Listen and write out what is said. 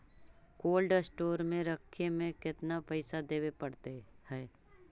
Cold store में रखे में केतना पैसा देवे पड़तै है?